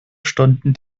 stunden